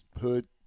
hood